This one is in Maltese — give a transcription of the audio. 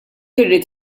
irrid